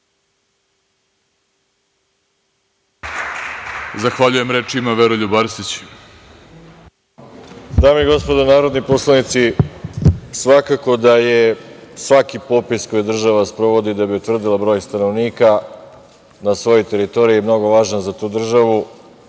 Veroljub Arsić. **Veroljub Arsić** Dame i gospodo narodni poslanici, svakako da je svaki popis koji je država sprovodila da bi utvrdila broj stanovnika na svojoj teritoriji mnogo važan za tu državu